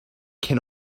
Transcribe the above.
can